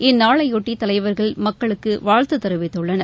இந்நாளையொட்டி தலைவர்கள் மக்களுக்கு வாழ்த்து தெரிவித்துள்ளனர்